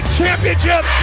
championship